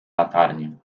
latarnię